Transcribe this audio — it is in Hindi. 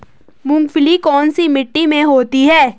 मूंगफली कौन सी मिट्टी में होती है?